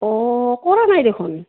অঁ কৰা নাই দেখোন